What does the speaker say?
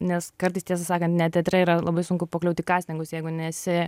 nes kartais tiesą sakant net teatre yra labai sunku pakliūt į kastingus jeigu nesi